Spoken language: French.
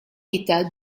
état